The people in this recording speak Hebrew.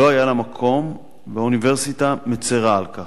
לא היה לה מקום, והאוניברסיטה מצרה על כך.